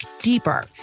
deeper